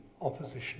opposition